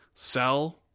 sell